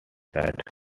side